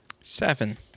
Seven